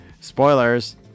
spoilers